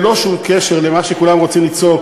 ללא שום קשר למה שכולם רוצים לצעוק,